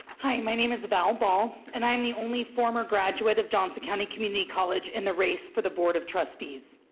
hi, my name is val ball and i'm the only former graduate of johnson county community college in the race for the board of trustees.